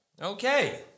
Okay